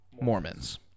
Mormons